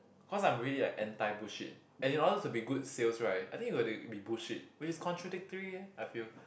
cause I'm really like anti bullshit and in order to be good sales right I think you got to be bullshit which is contradictory eh I feel